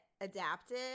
adapted